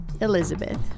Elizabeth